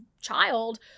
child